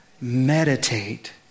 Meditate